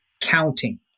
counting